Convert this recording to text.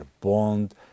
bond